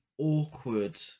awkward